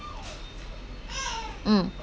mm